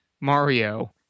Mario